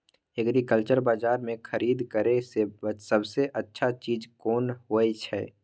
Agriculture बाजार में खरीद करे से सबसे अच्छा चीज कोन होय छै?